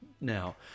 now